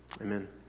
amen